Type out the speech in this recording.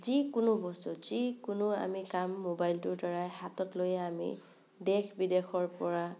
যিকোনো বস্তু যিকোনো আমি কাম মোবাইলটোৰ দ্বাৰাই হাতত লৈ আমি দেশ বিদেশৰ পৰা